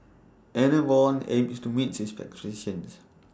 Enervon aims to meet its expectations